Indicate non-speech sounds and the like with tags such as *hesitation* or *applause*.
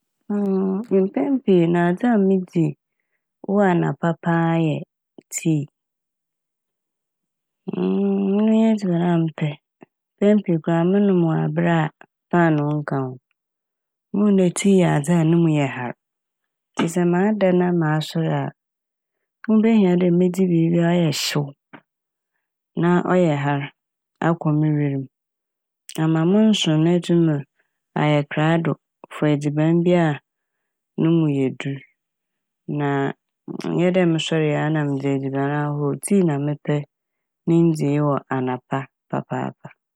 *hesitation* Mpɛn pii no a, adze a midzi wɔ anapa paa yɛ tsii. *hesitation* Ɔno nye edziban a mepɛ. Mpɛn pii no koraa monom no wɔ aber a paanoo nnka ho. Muhu dɛ tsii yɛ adze a no mu yar *noise* ntsi sɛ mada na masoɛr a, ho behia dɛ medzi biibi a ɔyɛ hyew na ɔyɛ har akɔ mo wer m' ama mo nson no etum ayɛ krado "for" edziban bi a no mu yedur na a *hesitation* nnyɛ dɛ mosoɛr yɛ a na medze edziban ahorow, tsii na mepɛ ne ndzii wɔ anapa papaapa.